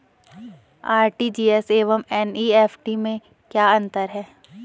RTGS एवं NEFT में क्या अंतर है?